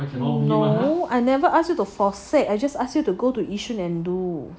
no I never ask you to forsake I just ask you to go yishun and do